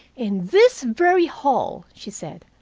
in this very hall, she said,